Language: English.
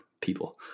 people